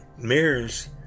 mirrors